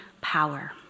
power